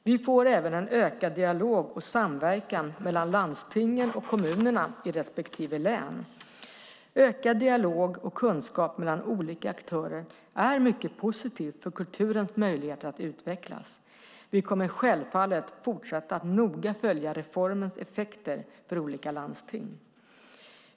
Vi får även en ökad dialog och samverkan mellan landstingen och kommunerna i respektive län. Ökad dialog och kunskap mellan olika aktörer är mycket positivt för kulturens möjligheter att utvecklas. Vi kommer självfallet att fortsätta att noga följa reformens effekter för olika landsting.